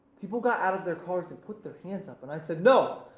people got out of their cars and put their hands up. and i said no,